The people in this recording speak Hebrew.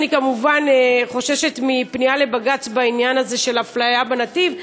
אני כמובן חוששת מפנייה לבג"ץ בעניין הזה של אפליה בנתיב,